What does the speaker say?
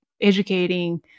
educating